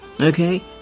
Okay